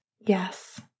Yes